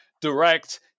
direct